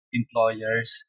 employers